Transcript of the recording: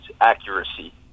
accuracy